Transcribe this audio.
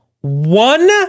One